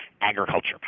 agriculture